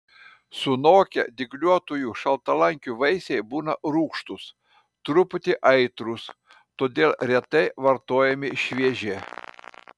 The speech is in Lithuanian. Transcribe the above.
sunokę dygliuotųjų šaltalankių vaisiai būna rūgštūs truputį aitrūs todėl retai vartojami švieži